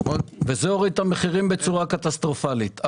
זה הוריד את המחירים בצורה קטסטרופלית,